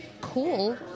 cool